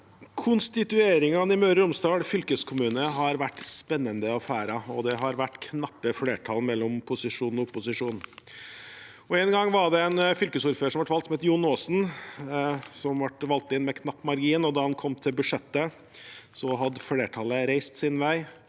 Konstitueringe- ne i Møre og Romsdal fylkeskommune har vært spennende å følge, og det har vært knappe flertall mellom posisjon og opposisjon. En gang var det en fylkesordfører som ble valgt, som het Jon Aasen. Han ble valgt inn med knapp margin, og da han kom til budsjettet, hadde flertallet reist sin vei.